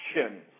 actions